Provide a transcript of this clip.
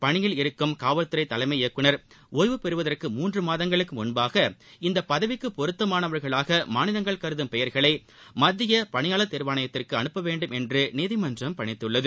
பணியில் இருக்கும் காவல்துறை தலைமை இயக்குநர் ஓய்வு பெறுவதற்கு மூன்று மாதங்களுக்கு முன்பாக இந்த பதவிக்கு பொருத்தமானவர்களாக மாநிலங்கள் கருதும் பெயர்களை மத்திய பனியாளர் தேர்வாணையத்திற்கு அனுப்ப வேண்டும் என்று நீதிமன்றம் பணித்துள்ளது